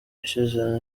ishize